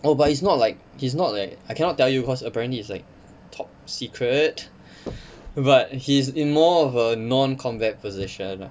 oh but it's not like he's not leh I cannot tell you cause apparently is like top secret but he is in more of a non combat position lah